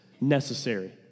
necessary